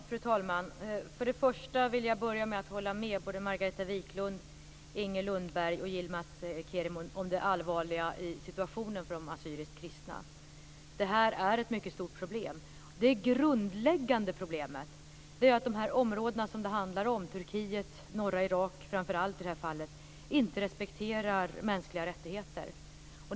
Fru talman! För det första vill jag börja med att hålla med Margareta Viklund, Inger Lundberg och Yilmaz Kerimo om det allvarliga i situationen för de assyriskt kristna. Det här är ett mycket stort problem. Det grundläggande problemet är att de områden som det handlar om, Turkiet och framför allt norra Irak i det här fallet, inte respekterar mänskliga rättigheter.